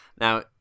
Now